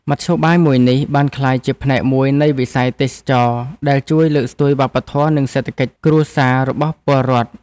មធ្យោបាយមួយនេះបានក្លាយជាផ្នែកមួយនៃវិស័យទេសចរណ៍ដែលជួយលើកស្ទួយវប្បធម៌និងសេដ្ឋកិច្ចគ្រួសាររបស់ពលរដ្ឋ។